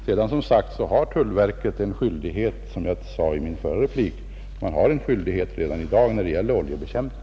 Sedan har tullverket, som jag sade i min förra replik, en skyldighet redan i dag när det gäller oljebekämpning.